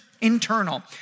internal